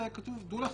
כתוב: דעו לכם,